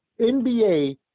NBA